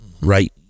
Right